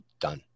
done